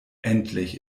endlich